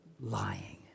lying